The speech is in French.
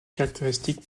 caractéristiques